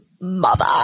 mother